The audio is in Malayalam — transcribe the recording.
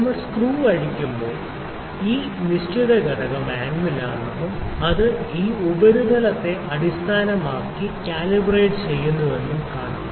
നമ്മൾ സ്ക്രൂ അഴിക്കുമ്പോൾ ഈ നിശ്ചിത ഘടകം ആൻവിൽ ആണെന്നും ഇത് ഈ ഉപരിതലത്തെ അടിസ്ഥാനമാക്കി കാലിബ്രേറ്റ് ചെയ്യുന്നുവെന്നും കാണാം